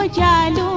ah da da